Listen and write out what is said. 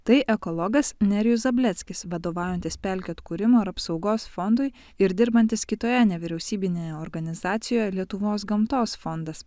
tai ekologas nerijus zableckis vadovaujantis pelkių atkūrimo ir apsaugos fondui ir dirbantis kitoje nevyriausybinėje organizacijoje lietuvos gamtos fondas